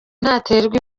ntaterwa